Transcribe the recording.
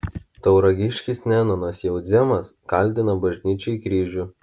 tauragiškis nenonas jaudzemas kaldina bažnyčiai kryžių